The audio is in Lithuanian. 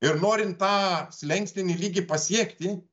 ir norint tą slenkstinį lygį pasiekti